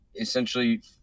Essentially